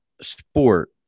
sport